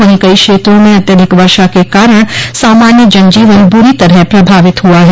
वहीं कई क्षेत्रों में अत्यधिक वर्षा के कारण सामान्य जनजीवन बुरी तरह प्रभावित हुआ है